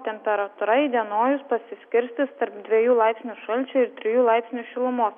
temperatūra įdienojus pasiskirstys tarp dviejų laipsnių šalčio ir trijų laipsnių šilumos